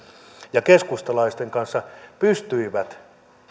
ja keskustalaisten kanssa pystyivät